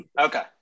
Okay